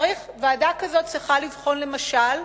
ועדה כזאת צריכה לבחון, למשל,